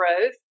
growth